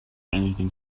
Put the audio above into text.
anything